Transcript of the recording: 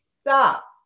Stop